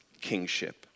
kingship